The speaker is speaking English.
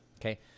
Okay